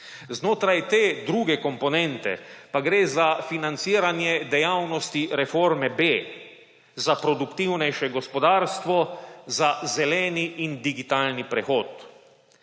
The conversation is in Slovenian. Znotraj te druge komponente pa gre za financiranje dejavnosti reforme B: za produktivnejše gospodarstvo, za zeleni in digitalni prehod.